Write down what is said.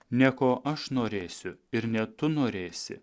ne ko aš norėsiu ir ne tu norėsi